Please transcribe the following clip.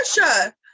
Russia